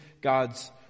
God's